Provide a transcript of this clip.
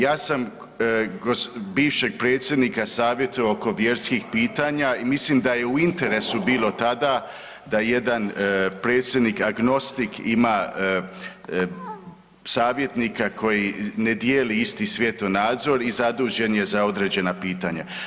Ja sam bivšeg predsjednika savjetovao oko vjerskih pitanja i mislim da je u interesu bilo tada da jedan predsjednik agnostik ima savjetnika koji ne dijeli isti svjetonazor i zadužen je za određena pitanja.